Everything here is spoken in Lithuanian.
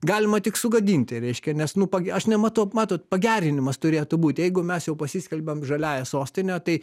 galima tik sugadinti reiškia nes nupa aš nematau matot pagerinimas turėtų būti jeigu mes jau pasiskelbėm žaliąja sostine tai